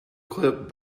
clip